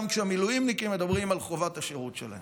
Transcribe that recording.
כשהמילואימניקים מדברים על חובת השירות שלהם.